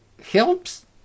helps